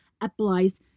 applies